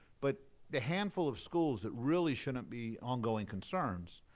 but the handful of schools that really shouldn't be ongoing concerns.